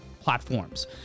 platforms